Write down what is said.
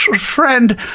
Friend